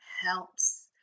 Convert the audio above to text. helps